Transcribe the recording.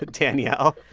danielle?